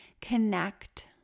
connect